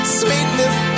sweetness